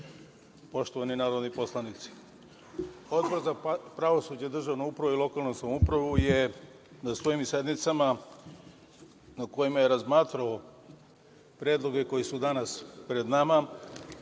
poštovani narodni poslanici, Odbor za pravosuđe, državnu upravu i lokalnu samoupravu je na svojim sednicama, na kojima je razmatrao predloge koji su danas pred nama,